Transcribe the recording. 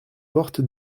porte